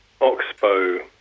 Oxbow